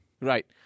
Right